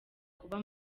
kuba